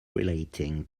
relating